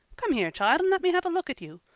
come here, child, and let me have a look at you.